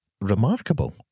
remarkable